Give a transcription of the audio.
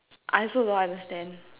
I also don't understand